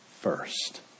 first